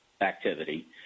activity